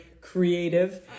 creative